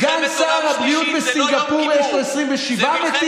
סגן שר הבריאות בסינגפור, יש לו 27 מתים.